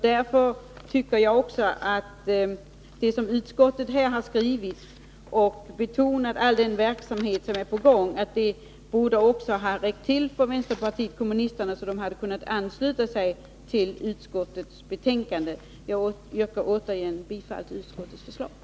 Därför tycker jag att utskottets skrivning, i vilken man också har betonat all den verksamhet som är på gång, bör vara tillräcklig för att även vpk skall ansluta sig till utskottets hemställan. Herr talman! Jag yrkar än en gång bifall till utskottets hemställan.